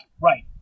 right